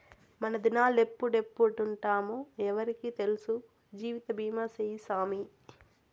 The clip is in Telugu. మనదినాలెప్పుడెప్పుంటామో ఎవ్వురికి తెల్సు, జీవితబీమా సేయ్యి సామీ